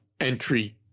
entry